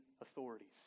authorities